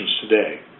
today